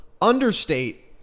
understate